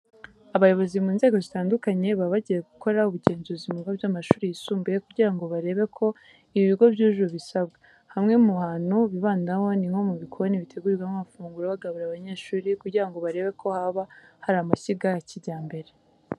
Abayobozi mu nzego zitandukanye baba bagiye gukora ubugenzuzi mu bigo by'amashuri yisumbuye kugira ngo barebe ko ibi bigo byujuje ibisabwa. Hamwe mu hantu bibandaho ni nko mu bikoni bitegurirwamo amafunguro bagaburira abanyeshuri kugira ngo barebe ko haba hari amashyiga ya kijyambere.